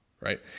Right